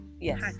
Yes